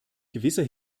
gewisser